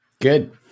Good